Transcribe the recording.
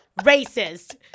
Racist